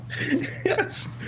Yes